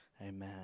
Amen